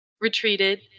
retreated